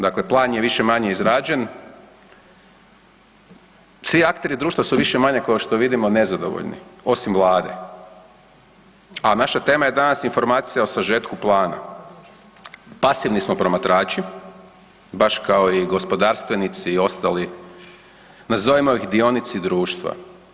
Dakle, plan je više-manje izrađen, svi akteri društva su više-manje kao što vidimo nezadovoljni, osim Vlade, a naša tema je danas informacija o sažetku plana, pasivni smo promatrači baš kao i gospodarstvenici i ostali, nazovimo ih dionici društva.